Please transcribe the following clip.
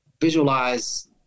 visualize